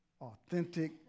authentic